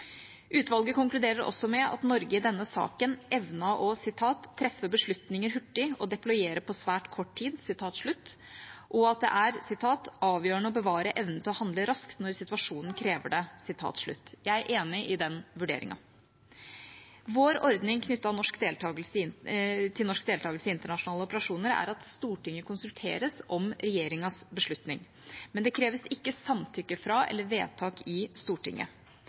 Utvalget konkluderer også med at Norge i denne saken evnet å «treffe beslutninger hurtig og deployere på svært kort tid», og at det er «avgjørende å bevare evnen til å handle raskt når situasjonen krever det.» Jeg er enig i den vurderingen. Vår ordning knyttet til norsk deltakelse i internasjonale operasjoner er at Stortinget konsulteres om regjeringas beslutning, men det kreves ikke samtykke fra eller vedtak i Stortinget.